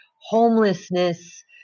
homelessness